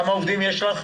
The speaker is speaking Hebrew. כמה עובדים יש לך.